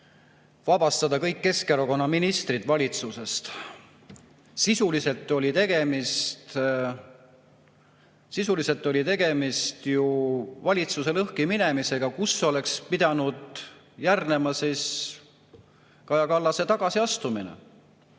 vabastada kõik Keskerakonna ministrid valitsusest. Sisuliselt oli tegemist ju valitsuse lõhkiminemisega, millele oleks pidanud järgnema Kaja Kallase tagasiastumine.